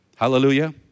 Hallelujah